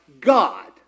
God